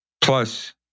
Plus